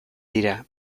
dira